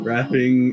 Rapping